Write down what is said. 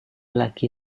laki